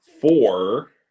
four